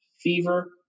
fever